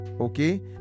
Okay